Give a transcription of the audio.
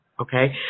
okay